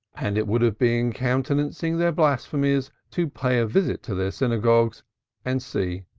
and it would have been countenancing their blasphemies to pay a visit to their synagogues and see.